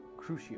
Crucio